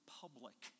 public